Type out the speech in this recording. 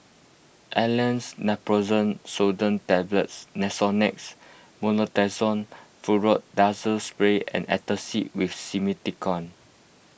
Aleve Naproxen Sodium Tablets Nasonex Mometasone Furoate Nasal Spray and Antacid with Simethicone